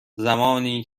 زمانی